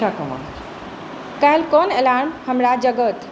काल्हि कोन अलार्म हमरा जगाओत